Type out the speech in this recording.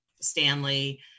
Stanley